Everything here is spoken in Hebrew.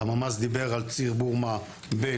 הממ"ז דיבר על ציר בורמה ב',